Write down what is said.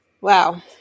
wow